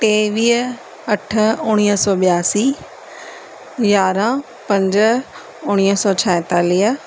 टेवीह अठ उणिवीह सौ ॿियासी यारहं पंज उणिवीह सौ छाहेतालीह